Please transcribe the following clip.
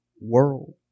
world